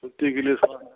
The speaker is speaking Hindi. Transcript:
छुट्टी के लिए